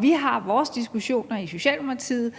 Vi har vores diskussioner i Socialdemokratiet,